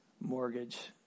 mortgage